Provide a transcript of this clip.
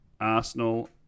Arsenal